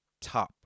top